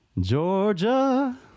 Georgia